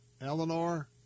Eleanor